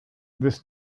this